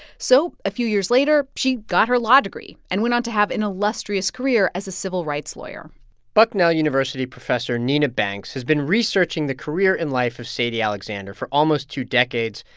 so a few years later, she got her law degree and went on to have an illustrious career as a civil rights lawyer bucknell university professor nina banks has been researching the career and life of sadie alexander for almost two decades,